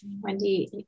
Wendy